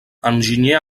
enginyer